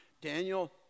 Daniel